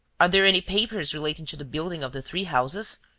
are there any papers relating to the building of the three houses?